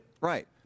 Right